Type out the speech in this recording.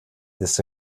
this